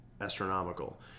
astronomical